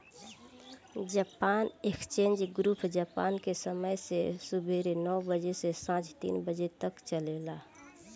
Japan exchange group Japan के समय से सुबेरे नौ बजे से सांझ तीन बजे तक चलेला